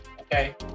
okay